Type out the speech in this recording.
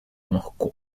moscú